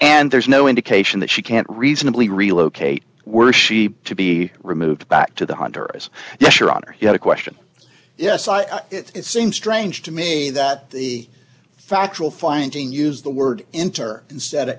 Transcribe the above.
and there's no indication that she can't reasonably relocate were she to be removed back to the honduras yes your honor he had a question yes it seems strange to me that the factual finding use the word enter instead of